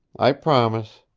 i promise.